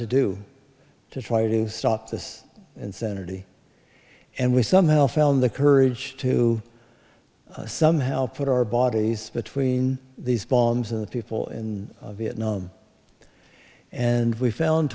to do to try to stop this insanity and we somehow found the courage to somehow put our bodies between these bombs and the people in vietnam and we found